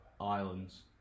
islands